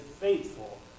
faithful